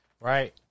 Right